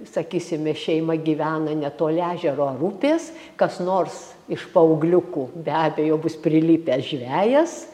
sakysime šeima gyvena netoli ežero ar upės kas nors iš paaugliukų be abejo bus prilipęs žvejas